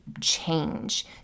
change